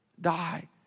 die